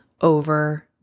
over